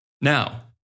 Now